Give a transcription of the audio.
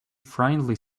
friendly